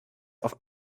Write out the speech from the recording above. auf